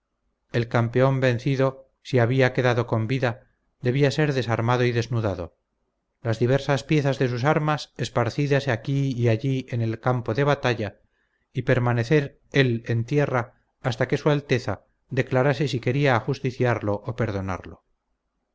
el campeón vencido si había quedado con vida debía ser desarmado y desnudado las diversas piezas de sus armas esparcidas aquí y allí en el campo de batalla y permanecer él en tierra hasta que su alteza declarase si quería ajusticiarlo o perdonarlo